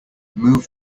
move